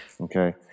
Okay